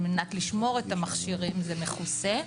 על מנת לשמור את המכשירים זה מכוסה.